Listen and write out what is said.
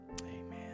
Amen